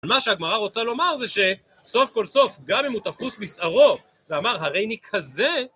מה שהגמרא רוצה לומר זה שסוף כל סוף גם אם הוא תפוס בשערו ואמר הרי אני כזה